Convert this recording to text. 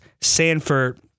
Sanford